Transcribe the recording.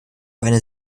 eine